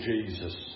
Jesus